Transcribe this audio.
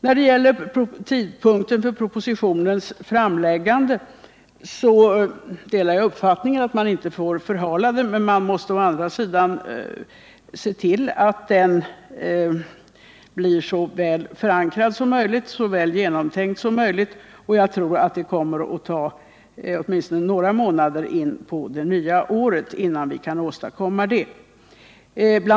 När det gäller tidpunkten för propositionens framläggande delar jag uppfattningen att man inte får förhala den, men man måste å andra sidan se till att den blir så väl genomtänkt och så väl förankrad som möjligt. Jag tror det kommer att gå åtminstone några månader in på det nya året innan vi kan åstadkomma det.